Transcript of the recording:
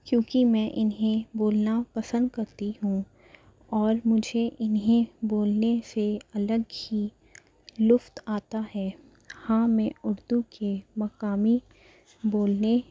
کیونکہ میں اِنہیں بولنا پسند کرتی ہوں اور مجھے اِنہیں بولنے سے الگ ہی لطف آتا ہے ہاں میں اُردو کے مقامی بولنے